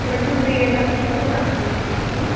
تِمَن چھِ وۄنۍ ریٹ آسن مگر کَمٕے ہہ